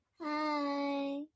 Hi